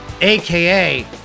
aka